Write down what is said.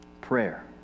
Prayer